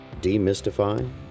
demystify